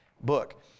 book